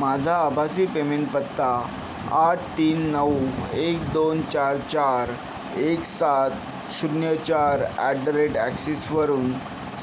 माझा आभासी पेमेंट पत्ता आठ तीन नऊ एक दोन चार चार एक सात शून्य चार ॲट द रेट ॲक्सिसवरून